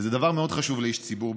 וזה דבר חשוב מאוד לאיש ציבור,